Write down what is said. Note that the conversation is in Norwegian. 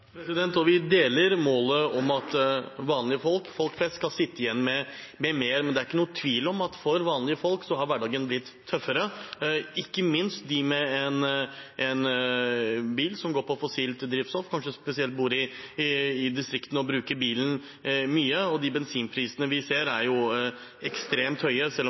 Vi deler målet om at vanlige folk – folk flest – skal sitte igjen med mer, men det er ikke noen tvil om at hverdagen for vanlige folk har blitt tøffere, ikke minst for dem med en bil som går på fossilt drivstoff, og kanskje spesielt for dem som bor i distriktene og bruker bilen mye. Bensinprisene vi ser, er ekstremt høye, selv om